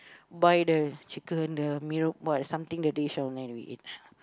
buy the chicken the mee reb~ something the dish I will like to eat